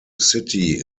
city